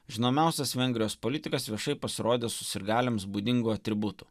žinomiausias vengrijos politikas viešai pasirodė su sirgaliams būdingu atributu